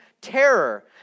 terror